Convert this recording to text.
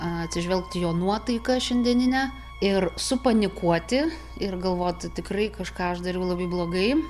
atsižvelgti į jo nuotaiką šiandieninę ir supanikuoti ir galvoti tikrai kažką aš dariau labai blogai